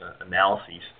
analyses